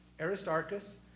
Aristarchus